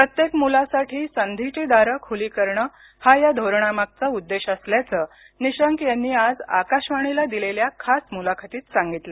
प्रत्येक मुलासाठी संधीची दारं खुली करणं हा या धोरणामागचा उद्देश असल्याचं निशंक यांनी आज आकाशवाणीला दिलेल्या खास मुलाखतीत सांगितलं